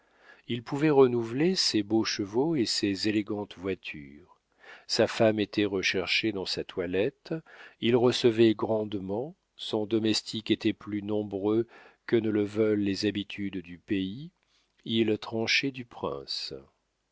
il pouvait renouveler ses beaux chevaux et ses élégantes voitures sa femme était recherchée dans sa toilette il recevait grandement son domestique était plus nombreux que ne le veulent les habitudes du pays il tranchait du prince